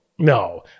No